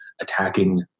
attacking